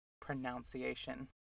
Pronunciation